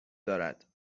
دارد